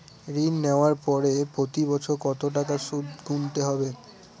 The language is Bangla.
ঋণ নেওয়ার পরে প্রতি বছর কত টাকা সুদ গুনতে হবে?